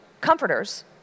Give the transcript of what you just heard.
comforters